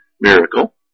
miracle